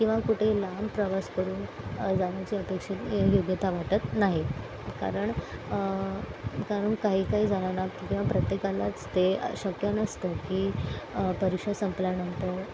तेव्हा कुठेही लांब प्रवास करून जाण्याचे अपेक्षेने योग्यता वाटत नाही कारण कारण काही काही जणांना किंवा प्रत्येकालाच ते शक्य नसतं की परीक्षा संपल्या नंतर